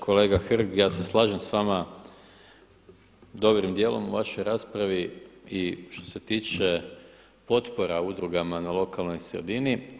Kolega Hrg ja se slažem s vama dobrim dijelom u vašoj raspravi i što se tiče potpora udrugama na lokalnoj sredini.